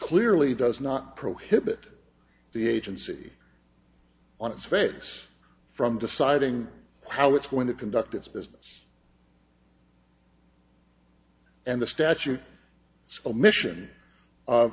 clearly does not prohibit the agency on its face from deciding how it's going to conduct its business and the statute submission of